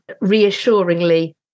reassuringly